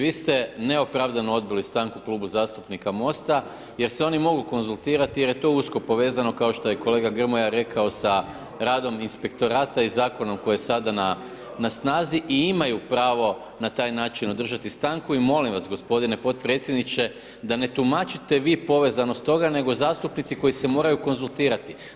Vi ste neopravdano odbili stanku Klubu zastupnika Mosta jer se oni mogu konzultirati jer je to usko povezano kao što je kolega Grmoja rekao sa radom inspektorata i zakonom koji je sada na snazi i imaju pravo na taj način održati stanku i molim vas gospodine potpredsjedniče da ne tumačite vi povezanost toga, nego zastupnici koji se moraju konzultirati.